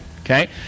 Okay